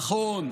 נכון,